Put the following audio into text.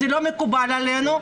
זה לא מקובל עלינו.